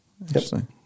Interesting